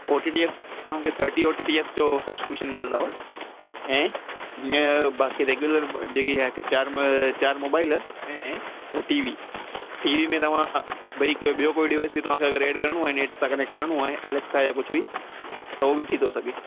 ओ T T तव्हांखे thirty O T T जो subscription मिलदव ऐं जीअं बाक़ी रेग्युलर जेकी तव्हांखे चारि चारि मोबाइल ऐं टी वी टी वी में तव्हां भई कोई ॿियो कोई डिवाइस बि तव्हांखे अगरि एड करिणो आहे नेट सां कनेक्ट करिणो आहे अलगि सां या कझु बि त हो बि थी थो सघे